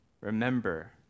Remember